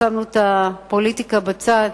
שמנו את הפוליטיקה בצד.